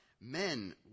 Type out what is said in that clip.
Men